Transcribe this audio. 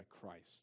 Christ